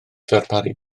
ddarparu